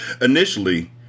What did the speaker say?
Initially